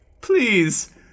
Please